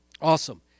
Awesome